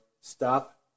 stop